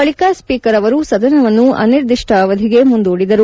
ಬಳಿಕ ಸ್ಟೀಕರ್ ಅವರು ಸದನವನ್ನು ಅನಿರ್ದಿಷ್ಟ ಅವಧಿಗೆ ಮುಂದೂಡಿದರು